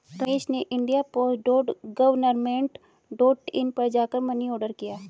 रमेश ने India post dot government dot in पर जा कर मनी ऑर्डर किया